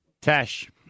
Tash